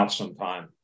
sometime